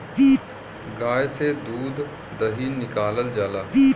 गाय से दूध दही निकालल जाला